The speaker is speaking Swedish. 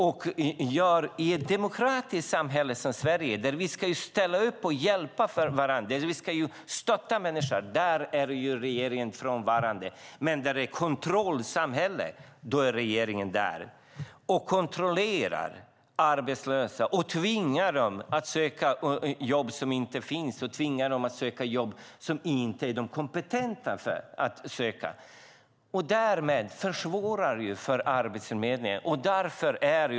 I ett demokratiskt samhälle som Sverige ska vi ställa upp, hjälpa varandra och stötta människor. Där är regeringen frånvarande. Men när det är ett kontrollsamhälle är regeringen där och kontrollerar arbetslösa och tvingar dem att söka jobb som inte finns och jobb som de inte är kompetenta att söka. Därmed försvårar man för Arbetsförmedlingen.